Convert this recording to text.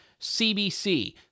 CBC